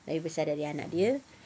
lebih besar dari anak dia